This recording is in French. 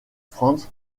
frantz